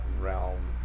realm